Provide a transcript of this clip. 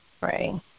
Right